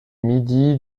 midi